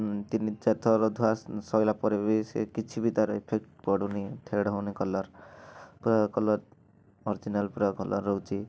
ତିନି ଚାରିଥର ଧୁଆ ସରିଲା ପରେ ବି କିଛି ଇଫେକ୍ଟ ପଡ଼ୁନି ଫେଡ଼୍ ହେଉନି କଲର୍ ବା ଅରିଜିନାଲ୍ ପୁରା କଲର୍ ରହୁଛି